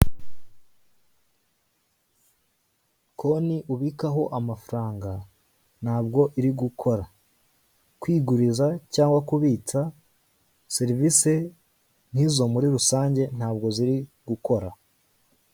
Konti ubikaho amafaranga, ntabwo irigukora. Kwiguriza cyangwa kubitsa serivise nkizo muri rusange ntabwo ziri gukora.